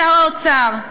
שר האוצר,